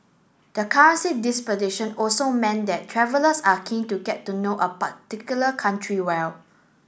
the currency disposition also meant that travellers are keen to get to know a particular country well